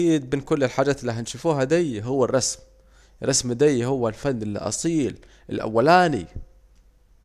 من كل الحاجات الي هنشوفوها دي هو الرسم، الرسم دي هو الفن الأصيل الأولاني